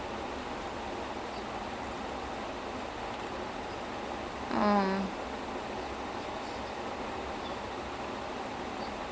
to be honest I watch more T_V shows than movies and ரெண்டு வருஷமா:rendu varushamaa was just so many T_V shows and movies okay